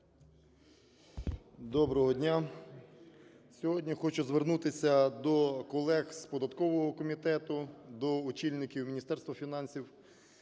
Доброго дня! Сьогодні хочу звернутися до колег з податкового комітету, до очільників Міністерства фінансів.